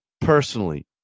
personally